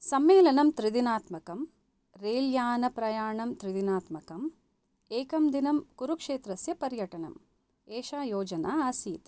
सम्मेलनं त्रिदिनात्मकम् रैल् यानप्रयाणं त्रिदिनात्मकम् एकं दिनं कुरुक्षेत्रस्य पर्यटनम् एषा योजना आसीत्